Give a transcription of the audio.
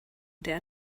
der